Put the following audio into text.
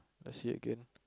let's see again